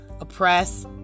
oppress